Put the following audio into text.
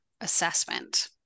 assessment